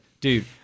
dude